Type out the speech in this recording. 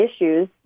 issues